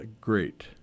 great